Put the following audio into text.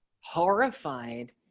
horrified